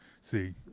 See